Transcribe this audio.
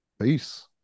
Peace